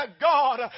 God